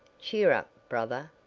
cheer up, brother,